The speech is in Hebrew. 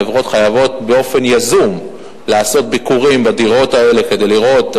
החברות חייבות באופן יזום לעשות ביקורים בדירות האלה כדי לראות,